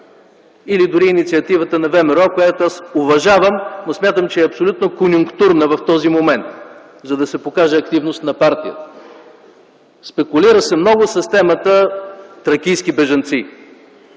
или дори инициативата на ВМРО, която аз уважавам, но смятам, че е абсолютно конюнктурна в този момент – за да се покаже активност на партията? Спекулира се много с темата „Тракийски бежанци”,